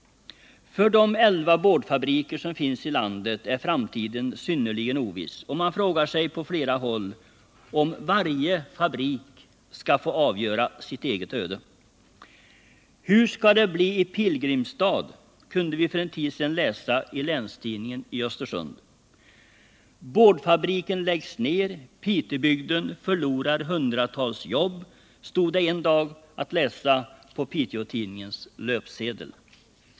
För de elva boardfabriker, som finns i landet, är framtiden synnerligen oviss, och man frågar sig på flera håll, om varje fabrik skall avgöra sitt eget öde. Hur skall det bli i Pilgrimstad, var en fråga vi för en kort tid sedan kunde läsa i Länstidningen i Östersund. Boardfabriken läggs ned — Pitebygden förlorar 100-tals jobb, stod det en dag att läsa på Piteå-Tidningens löpsedel.